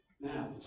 now